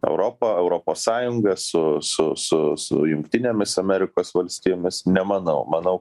europa europos sąjunga su su su su jungtinėmis amerikos valstijomis nemanau manau